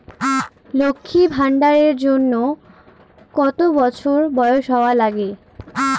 লক্ষী ভান্ডার এর জন্যে কতো বছর বয়স হওয়া লাগে?